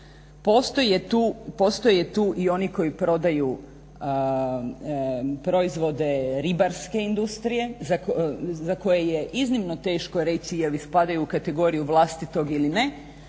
Postoje tu i oni koji prodaju proizvode ribarske industrije za koje je iznimno teško reći je li spadaju u kategoriju vlastitog ili ne.